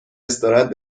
استراحت